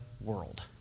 world